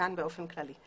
כאן באופן כללי.